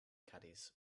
caddies